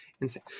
insane